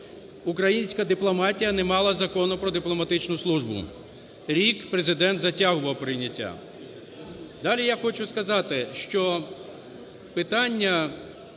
українська дипломатія не мала Закону "Про дипломатичну службу". Рік Президент затягував прийняття.